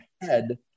head